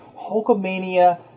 Hulkamania